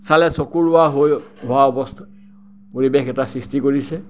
চালে চকুৰোৱা হৈ হোৱা অৱস্থা পৰিৱেশ এটা সৃষ্টি কৰিছে